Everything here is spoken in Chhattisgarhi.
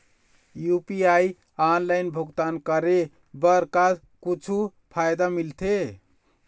यू.पी.आई ऑनलाइन भुगतान करे बर का कुछू फायदा मिलथे?